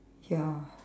ya